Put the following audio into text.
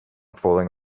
falling